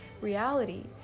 reality